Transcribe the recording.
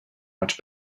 much